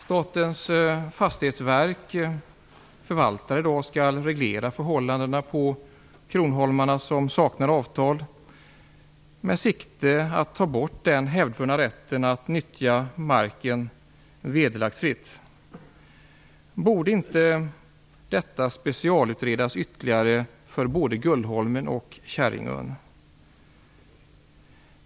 Statens fastighetsverk förvaltar i dag och skall reglera förhållandena på kronoholmarna, som saknar avtal, med sikte på att ta bort den hävdvunna rätten att nyttja marken vederlagsfritt. Borde inte detta specialutredas ytterligare för både Gullholmen och Käringön?